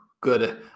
good